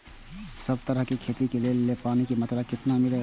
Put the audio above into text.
सब तरहक के खेती करे के लेल पानी के मात्रा कितना मिली अछि?